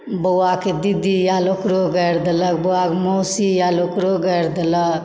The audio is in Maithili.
बौआके दीदी आयल ओकरो गारि देलक बौआके मौसी आयल ओकरो गारि देलक